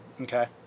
Okay